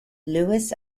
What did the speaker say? lewis